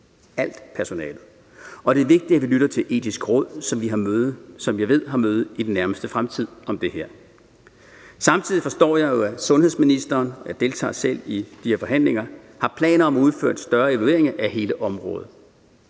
alt personalet. Og det er vigtigt, at vi lytter til Det Etiske Råd, som jeg ved har møde om det her i den nærmeste fremtid. Samtidig forstår jeg jo, at sundhedsministeren – jeg deltager selv i de her forhandlinger – har planer om at udføre en større evaluering af hele området.